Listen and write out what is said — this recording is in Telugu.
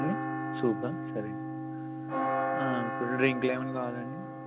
ఏండి సూప్ సరే ఇప్పుడు డ్రింకులు ఏమన్న కావాలా అండి